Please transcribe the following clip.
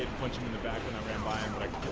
punch in the backing of ram by and